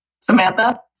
Samantha